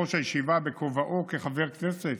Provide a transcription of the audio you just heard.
יושב-ראש הישיבה בכובעו כחבר כנסת: